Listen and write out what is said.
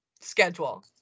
schedule